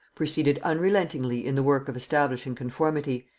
proceeded unrelentingly in the work of establishing conformity,